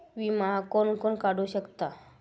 विमा कोण कोण काढू शकता?